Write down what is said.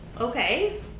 Okay